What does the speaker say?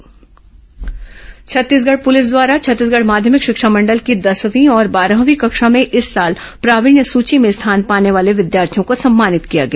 police topper सम्मान Chhattisgarh police द्वारा छत्तीसगढ़ माध्यमिक शिक्षा मंडल की दसवीं और बारहवीं कक्षा में इस साल प्रावीण्य सूची में स्थान पाने वाले विद्यार्थियों को सम्मानित किया गया